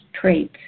traits